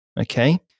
Okay